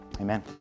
Amen